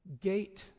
gate